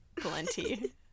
plenty